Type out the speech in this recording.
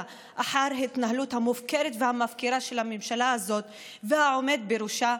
אחר ההתנהלות המופקרת והמפקירה של הממשלה הזאת והעומד בראשה,